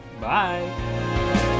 bye